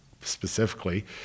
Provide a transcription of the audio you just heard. specifically